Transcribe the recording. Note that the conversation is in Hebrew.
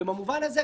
ובמובן הזה,